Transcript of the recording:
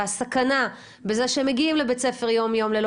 והסכנה בזה שהם מגיעים לבית הספר יום-יום ללא